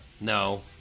No